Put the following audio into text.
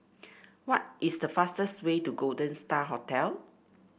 what is the fastest way to Golden Star Hotel